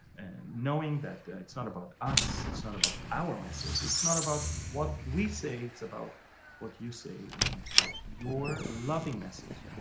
knowing that it's not about us, it's not about our message, it's not about what we say. it's about what you say, and about your loving message